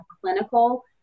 clinical